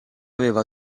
aveva